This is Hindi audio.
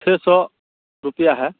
छः सौ रुपया है